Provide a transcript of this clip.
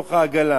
בתוך העגלה.